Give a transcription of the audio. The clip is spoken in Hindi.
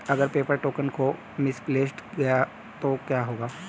अगर पेपर टोकन खो मिसप्लेस्ड गया तो क्या होगा?